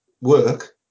work